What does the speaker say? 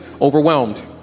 Overwhelmed